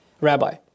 Rabbi